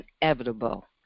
inevitable